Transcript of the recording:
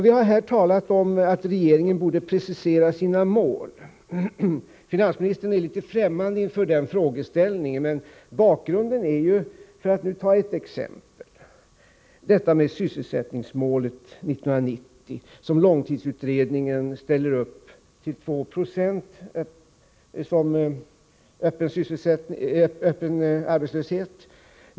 Vi har här talat om att regeringen borde precisera sina mål. Finansministern är främmande inför den frågeställningen. Låt mig ta ett exempel för att klargöra vad som är bakgrunden till vårt krav. Långtidsutredningen har angett målet för sysselsättningen 1990 till 2 96 öppen arbetslöshet.